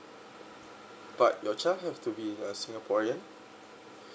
but your child has to be a singaporean